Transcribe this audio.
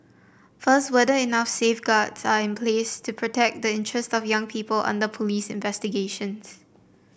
first whether enough safeguards are in place to protect the interests of young people under police investigations